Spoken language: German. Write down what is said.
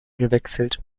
gewechselt